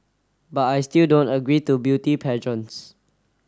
but I still don't agree to beauty pageants